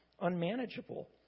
unmanageable